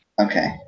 Okay